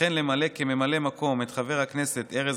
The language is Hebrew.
וכן למנות כממלא מקום את חבר הכנסת ארז